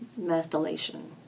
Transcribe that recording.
methylation